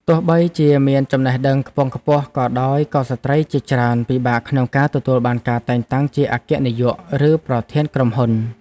ទោះបីជាមានចំណេះដឹងខ្ពង់ខ្ពស់ក៏ដោយក៏ស្ត្រីជាច្រើនពិបាកក្នុងការទទួលបានការតែងតាំងជាអគ្គនាយក ឬប្រធានក្រុមហ៊ុន។